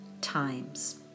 times